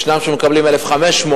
יש שמקבלים 1,500,